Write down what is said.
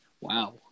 Wow